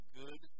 good